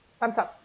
thumbs up